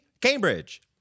Cambridge